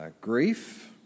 grief